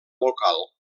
local